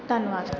ਧੰਨਵਾਦ